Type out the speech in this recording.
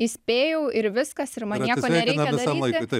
įspėjau ir viskas ir man nieko nereikia daryti